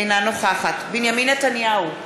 אינה נוכחת בנימין נתניהו,